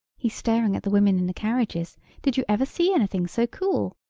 he's staring at the women in the carriages did you ever see anything so cool?